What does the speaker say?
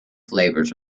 flavors